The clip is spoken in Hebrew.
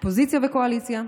אופוזיציה וקואליציה,